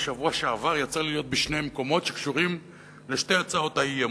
בשבוע שעבר יצא לי להיות בשני מקומות שקשורים לשתי הצעות האי-אמון: